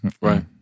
Right